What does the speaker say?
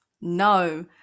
No